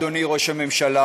אדוני ראש הממשלה,